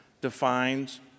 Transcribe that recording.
defines